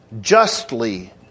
justly